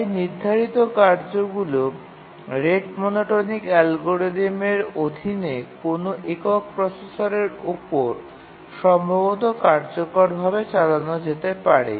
তাই নির্ধারিত কার্যগুলি রেট মনোটোনিক অ্যালগরিদমের অধীনে কোনও একক প্রসেসরের উপর সম্ভবত কার্যকরভাবে চালানো যেতে পারে